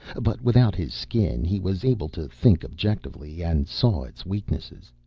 but, without his skin he was able to think objectively and saw its weaknesses.